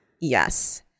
Yes